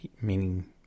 meaning